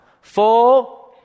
Four